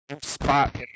Spot